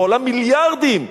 שעולה מיליארדים,